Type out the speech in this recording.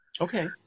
Okay